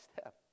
step